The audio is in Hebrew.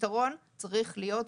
הפתרון צריך להיות,